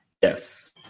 Yes